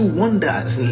wonders